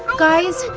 guys,